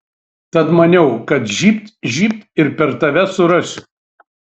tad maniau kad žybt žybt ir per tave surasiu